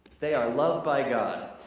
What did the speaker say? they are loved by god.